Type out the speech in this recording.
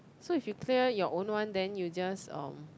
so if you clear your own one then you just um